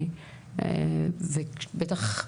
ובטח,